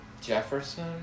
Jefferson